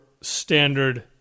standard